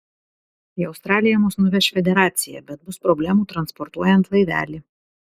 į australiją mus nuveš federacija bet bus problemų transportuojant laivelį